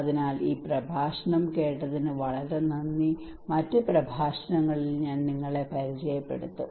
അതിനാൽ ഈ പ്രഭാഷണം ശ്രവിച്ചതിന് വളരെ നന്ദി മറ്റ് പ്രഭാഷണങ്ങളിൽ ഞാൻ നിങ്ങളെ പരിചയപ്പെടുത്തും